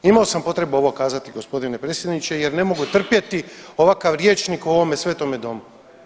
Imao sam potrebu ovo kazati gospodine predsjedniče jer ne mogu trpjeti ovakav rječnik u ovome svetome domu.